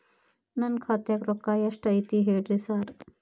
ನನ್ ಖಾತ್ಯಾಗ ರೊಕ್ಕಾ ಎಷ್ಟ್ ಐತಿ ಹೇಳ್ರಿ ಸಾರ್?